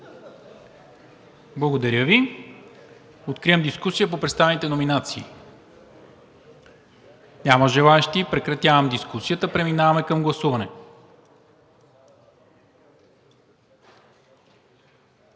Благодаря Ви. Откривам дискусията по направените номинации. Няма желаещи. Прекратявам дискусията. Преминаваме към гласуване